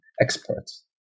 experts